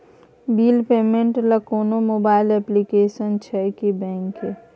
Bill payment ल कोनो mobile application छै की बैंक के?